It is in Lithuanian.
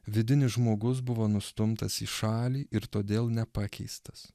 vidinis žmogus buvo nustumtas į šalį ir todėl nepakeistas